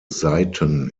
saiten